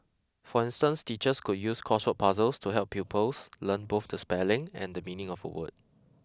for instance teachers could use crossword puzzles to help pupils learn both the spelling and the meaning of a word